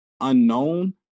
unknown